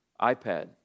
iPad